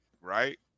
right